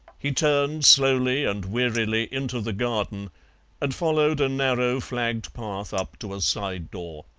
he turned slowly and wearily into the garden and followed a narrow, flagged path up to a side door.